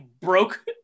broke